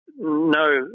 no